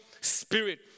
Spirit